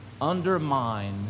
undermine